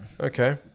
Okay